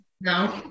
No